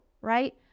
right